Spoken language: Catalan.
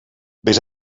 vés